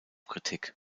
kritik